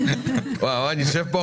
את זה אתם אומרים.